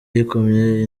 yikomye